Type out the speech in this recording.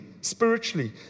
spiritually